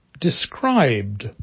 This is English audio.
described